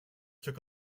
took